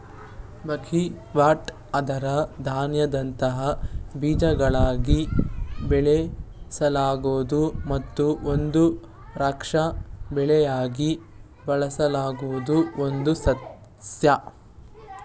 buckwheat ಅದರ ಧಾನ್ಯದಂತಹ ಬೀಜಗಳಿಗಾಗಿ ಬೆಳೆಸಲಾಗೊ ಮತ್ತು ಒಂದು ರಕ್ಷಾ ಬೆಳೆಯಾಗಿ ಬಳಸಲಾಗುವ ಒಂದು ಸಸ್ಯ